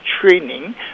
training